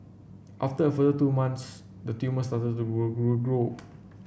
after further two months the tumour started to grow